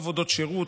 עבודות שירות,